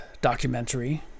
documentary